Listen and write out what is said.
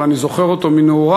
אבל אני זוכר אותו מנעורי,